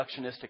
reductionistic